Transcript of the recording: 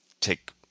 take